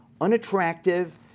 unattractive